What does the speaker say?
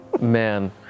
Man